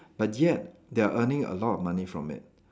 but yet they are earning a lot of money from it